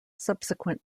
subsequent